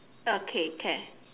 okay can